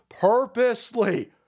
Purposely